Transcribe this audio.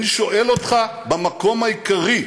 אני שואל אותך במקום העיקרי,